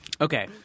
Okay